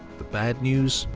the bad news?